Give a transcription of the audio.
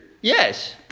yes